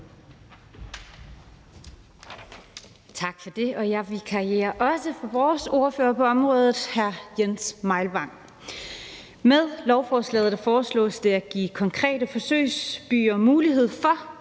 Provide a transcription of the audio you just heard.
Tak for det. Jeg vikarierer også for vores ordfører på området, hr. Jens Meilvang. Med lovforslaget foreslås det at give konkrete forsøgsbyer mulighed for